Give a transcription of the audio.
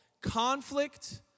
Conflict